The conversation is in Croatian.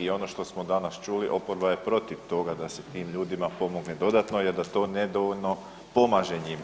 I ono što smo danas čuli oporba je protiv toga da se tim ljudima pomogne dodatno jer da to nedovoljno pomaže njima,